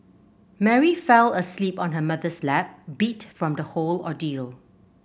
Mary fell asleep on her mother's lap beat from the whole ordeal